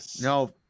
No